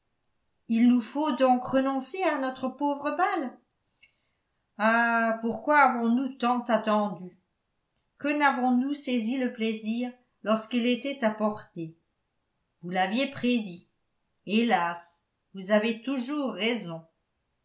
il nous faut donc renoncer à notre pauvre bal ah pourquoi avons-nous tant attendu que n'avons-nous saisi le plaisir lorsqu'il était à portée vous l'aviez prédit hélas vous avez toujours raison